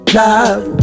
love